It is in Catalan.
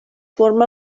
forma